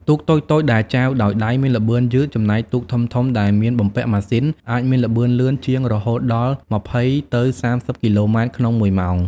ទូកតូចៗដែលចែវដោយដៃមានល្បឿនយឺត ចំណែកទូកធំៗដែលមានបំពាក់ម៉ាស៊ីនអាចមានល្បឿនលឿនជាង រហូតដល់ ២០ ទៅ ៣០ គីឡូម៉ែត្រក្នុងមួយម៉ោង ។